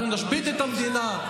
אנחנו נשבית את המדינה.